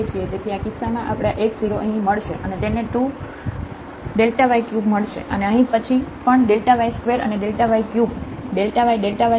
તેથી આ કિસ્સામાં આપણે આ x 0 અહીં મળશે અને તેને 2 yક્યુબ મળશે અને પછી અહીં પણ yસ્ક્વેર અને આyyક્યુબ બનાવશે